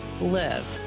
live